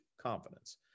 confidence